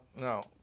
No